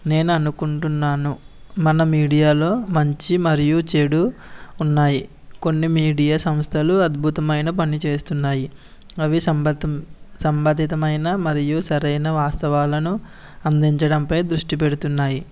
నేను అనుకుంటున్నాను మన మీడియాలో మంచి మరియు చెడు ఉన్నాయి కొన్ని మీడియా సంస్థలు అద్భుతమైన పని చేస్తున్నాయి అవి సంబతం సంబంధితమైన మరియు సరైన వాస్తవాలను అందించడం పై దృష్టి పెడుతున్నాయి